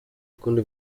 kundi